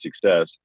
success